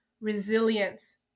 Resilience